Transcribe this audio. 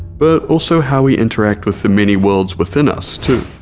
but also how we interact with the many worlds within us too.